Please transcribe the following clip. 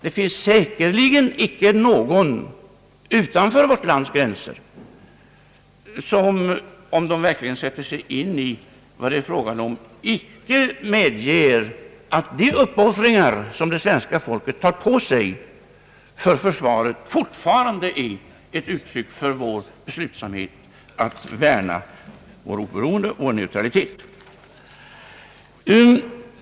Det finns säkerligen icke någon sakkunnig bedömare av den här frågan utanför vårt land som inte medger att de uppoffringar som det svenska folket gör för försvaret fortfarande är ett uttryck för vår beslutsamhet att värna vårt oberoende och vår neutralitet.